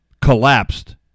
collapsed